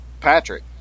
Patrick